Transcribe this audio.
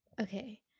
Okay